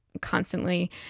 constantly